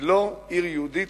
היא לא עיר יהודית,